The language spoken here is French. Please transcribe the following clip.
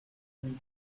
huit